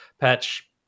Patch